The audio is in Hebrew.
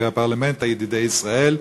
הרב של קייב וחברי הפרלמנט ידידי ישראל.